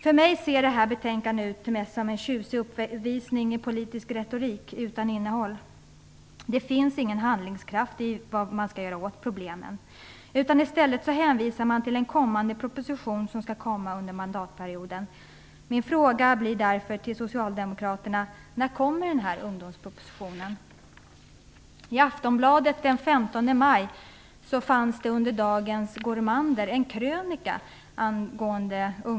För mig ser betänkandet ut som en tjusig uppvisning i politisk retorik utan innehåll. Det finns ingen handlingskraft när det gäller att åtgärda problemen. I stället hänvisar man till en kommande proposition som skall komma under mandatperioden. Min fråga till socialdemokraterna blir därför: När kommer denna ungdomsproposition?